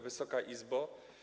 Wysoka Izbo!